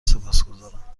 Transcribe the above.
سپاسگزارم